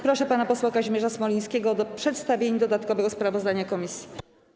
Proszę pana posła Kazimierza Smolińskiego o przedstawienie dodatkowego sprawozdania komisji.